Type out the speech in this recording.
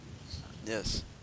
Yes